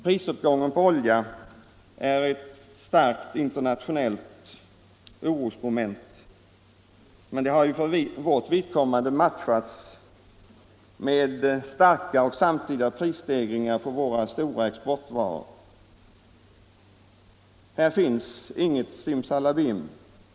Prisuppgången på olja är ett starkt internationellt orosmoment, men det har för vårt vidkommande matchats med starka och samtidiga prisstegringar på våra exportvaror. Här finns inget simsalabim.